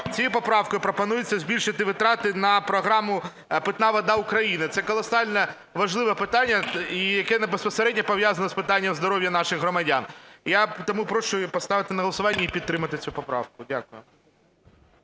цією поправкою пропонується збільшити витрати на програму "Питна вода України". Це колосально важливе питання, яке безпосередньо пов'язане з питанням здоров'я наших громадян. Тому прошу її поставити на голосування і підтримати цю поправку. Дякую.